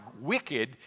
wicked